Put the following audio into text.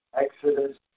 Exodus